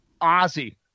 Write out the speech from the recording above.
Ozzy